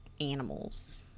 animals